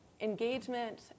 engagement